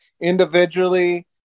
individually